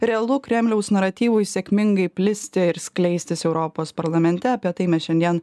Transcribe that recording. realu kremliaus naratyvui sėkmingai plisti ir skleistis europos parlamente apie tai mes šiandien